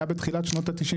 היה בתחילת שנות ה-90,